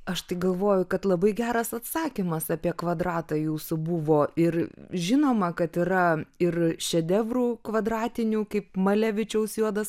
aš tai galvoju kad labai geras atsakymas apie kvadratą jūsų buvo ir žinoma kad yra ir šedevrų kvadratinių kaip malevičiaus juodas